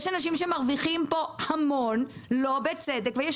יש אנשים שמרוויחים פה המון לא בצדק ויש